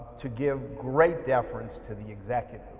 to give great deference to the executive.